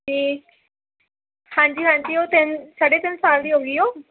ਅਤੇ ਹਾਂਜੀ ਹਾਂਜੀ ਉਹ ਤਿੰਨ ਸਾਢੇ ਤਿੰਨ ਸਾਲ ਦੀ ਹੋ ਗਈ ਉਹ